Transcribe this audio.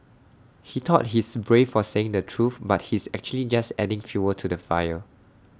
he thought he's brave for saying the truth but he's actually just adding fuel to the fire